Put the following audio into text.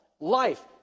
life